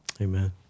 Amen